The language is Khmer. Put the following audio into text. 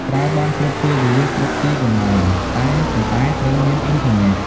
ប្រើបានគ្រប់ពេលវេលា គ្រប់ទីកន្លែង តែប៉ុន្តែត្រូវមានអ៊ីនធឺណេត។